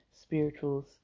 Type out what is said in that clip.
spirituals